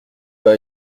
pas